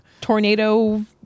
tornado